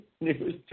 news